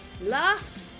laughed